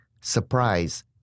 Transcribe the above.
Surprise